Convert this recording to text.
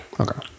Okay